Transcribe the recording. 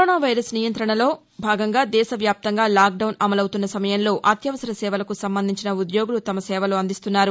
corona virus నియం్రణలో భాగంగా దేశ వ్యాప్తంగా లాక్ డౌన్ అమలవుతున్న సమయంలో అత్యవసర సేవలకు సంబంధించిన ఉద్యోగులు తమ సేవలు అందిస్తున్నారు